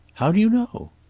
how do you know?